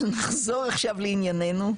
אבל נחזור עכשיו לעניינו,